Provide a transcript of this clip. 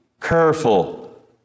careful